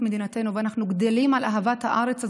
מדינתנו ואנחנו גדלים על אהבת הארץ הזאת.